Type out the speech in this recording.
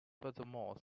furthermore